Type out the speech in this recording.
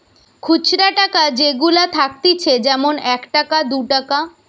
খুচরা টাকা যেগুলা থাকতিছে যেমন এক টাকা, দু টাকা